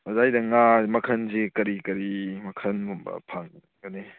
ꯑꯣꯖꯥꯒꯤꯗ ꯉꯥ ꯃꯈꯜꯁꯤ ꯀꯔꯤ ꯀꯔꯤ ꯃꯈꯜꯒꯨꯝꯕ ꯐꯪꯒꯅꯤ